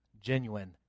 genuine